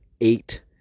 eight